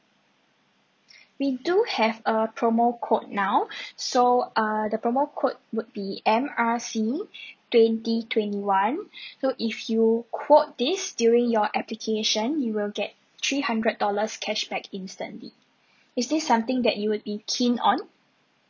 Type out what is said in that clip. we do have a promo code now so err the promo code would be M R C twenty twenty one so if you quote this during your application you will get three hundred dollars cashback instantly is this something that you would be keen on